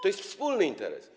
To jest wspólny interes.